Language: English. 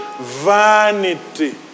Vanity